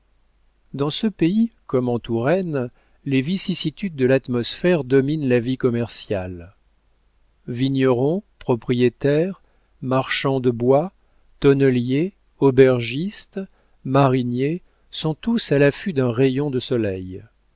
dans ce pays comme en touraine les vicissitudes de l'atmosphère dominent la vie commerciale vignerons propriétaires marchands de bois tonneliers aubergistes mariniers sont tous à l'affût d'un rayon de soleil